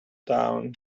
down